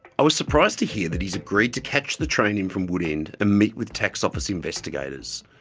i was surprised to hear that he has agreed to catch the train in from woodend and meet with tax office investigators.